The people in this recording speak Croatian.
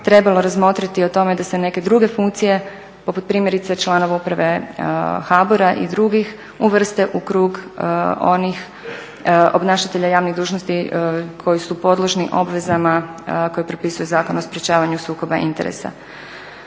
trebalo razmotriti o tome da se neke druge funkcije poput primjerice članova Uprave HBOR-a i drugih uvrste u krug onih obnašatelja javnih dužnosti koji su podložni obvezama koje propisuje Zakon o sprečavanju sukoba interesa.